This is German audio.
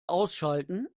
ausschalten